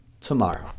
tomorrow